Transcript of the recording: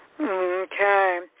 Okay